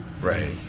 Right